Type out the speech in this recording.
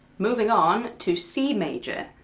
moving on to c major.